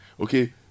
okay